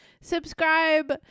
subscribe